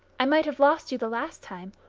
i might have lost you the last time,